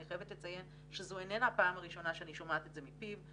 אני חייבת לציין שזו איננה הפעם הראשונה שאני שומעת את זה מפיו.